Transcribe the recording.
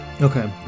Okay